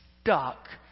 stuck